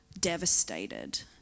devastated